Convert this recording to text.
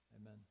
amen